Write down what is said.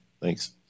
Thanks